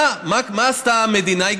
מה עשתה המדינה?